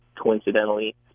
coincidentally